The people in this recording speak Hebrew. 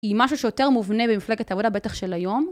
היא משהו שיותר מובנה במפלגת העבודה, בטח של היום.